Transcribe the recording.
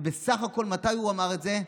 ובסך הכול מתי הוא אמר את זה?